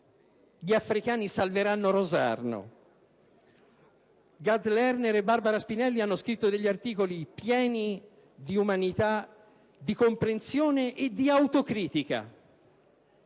«Gli africani salveranno Rosarno». Gad Lerner e Barbara Spinelli hanno scritto articoli pieni di umanità, di comprensione e di autocritica.